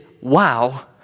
wow